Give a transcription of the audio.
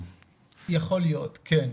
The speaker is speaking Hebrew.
יכול להיות, כן.